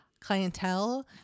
clientele